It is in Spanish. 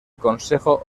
consejo